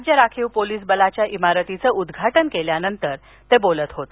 राज्य राखीव पोलीस बलइमारतीचं उदघाटन केल्यानंतर ते बोलत होते